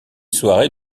soirée